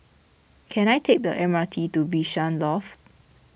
can I take the M R T to Bishan Loft